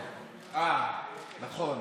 נכון.